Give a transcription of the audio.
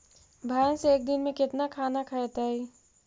भैंस एक दिन में केतना खाना खैतई?